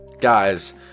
Guys